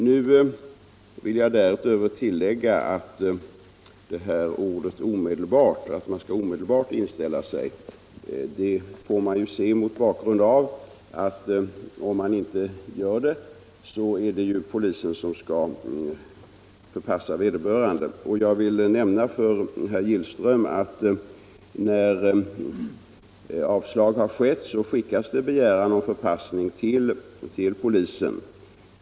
Nu vill jag därutöver säga att föreläggandet om att vederbörande omedelbart skulle inställa sig får ses mot bakgrund av att det, om man inte åtlyder detta, är polisen som skall förpassa vederbörande. Jag vill nämna för herr Gillström att när beslut om avslag har fattats skickas en begäran om förpassning till polisen.